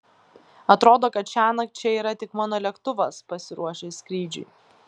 atrodo kad šiąnakt čia yra tik mano lėktuvas pasiruošęs skrydžiui